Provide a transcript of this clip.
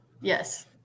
Yes